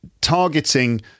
targeting